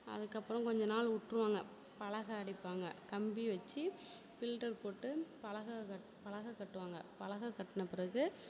அதுக்கப்பறம் கொஞ்ச நாள் விட்ருவாங்க பலகை அடிப்பாங்க கம்பி வச்சு பில்டர் போட்டு பலகை கட் பலகை கட்டுவாங்க பலகை கட்டின பிறகு